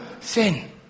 sin